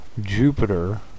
Jupiter